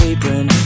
Apron